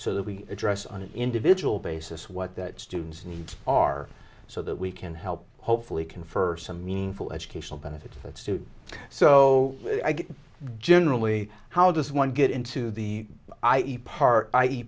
so that we address on an individual basis what that students and we are so that we can help hopefully confer some meaningful educational benefits that suit so generally how does one get into the i e part i e